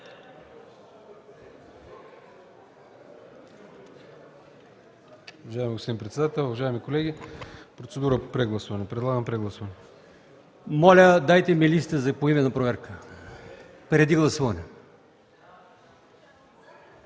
Моля, дайте ми листа за поименна проверка преди гласуването.